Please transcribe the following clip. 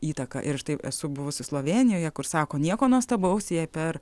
įtaka ir štai esu buvusi slovėnijoje kur sako nieko nuostabaus jei per